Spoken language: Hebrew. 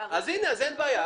אז הנה, אין בעיה.